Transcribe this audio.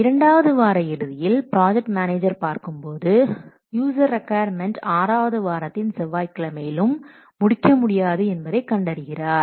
இரண்டாவது வார இறுதியில் ப்ராஜெக்ட் மேனேஜர் பார்க்கும் போது யூசர் ரிக்கொயர்மென்ட் ஆறாவது வாரத்தின் செவ்வாய்க் கிழமையிலும் முடிக்க முடியாது என்பதை கண்டறிகிறார்